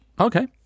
Okay